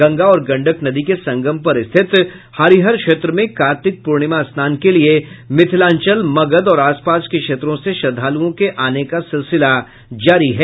गंगा और गंडक नदी के संगम पर स्थित हरिहर क्षेत्र में कार्तिक पूर्णिमा स्नान के लिये मिथिलांचल मगध और आसपास के क्षेत्रों से श्रद्वालुओं के आने का सिलसिला जारी है